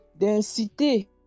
d'inciter